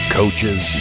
coaches